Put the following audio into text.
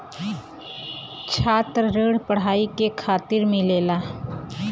छात्र ऋण पढ़ाई के खातिर मिलेला